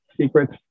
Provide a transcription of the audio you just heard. secrets